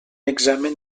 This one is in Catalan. examen